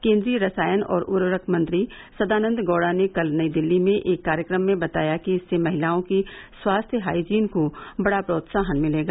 केंद्रीय रसायन और ऊर्वरक मंत्री सदानंद गौड़ा ने कल नई दिल्ली में एक कार्यक्रम में बताया कि इससे महिलाओं की स्वास्थ्य हाईजीन को बड़ा प्रोत्साहन मिलेगा